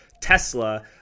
Tesla